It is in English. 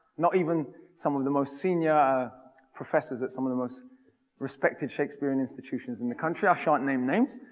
not even some of the most senior professors at some of the most respected shakespearean institutions in the country, i shan't name names.